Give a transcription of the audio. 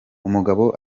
umugabo